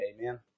Amen